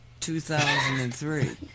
2003